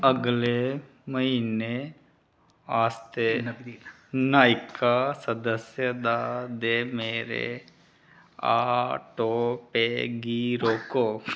अगले म्हीने आस्तै नायका सदस्यता दे मेरे ऑटो पेऽ गी रोको